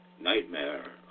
nightmare